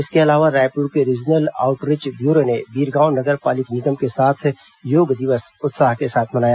इसके अलावा रायपुर के रीजनल आउटरीच ब्यूरो ने बीरगांव नगर पालिक निगम के साथ योग दिवस उत्साह के साथ मनाया